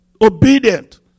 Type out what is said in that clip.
obedient